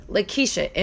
Lakeisha